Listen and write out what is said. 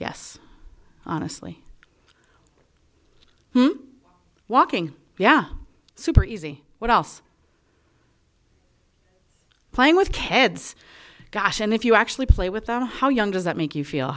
yes honestly walking yeah super easy what else playing with kids gosh and if you actually play with that one how young does that make you feel